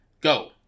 Go